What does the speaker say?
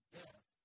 death